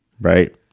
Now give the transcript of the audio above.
right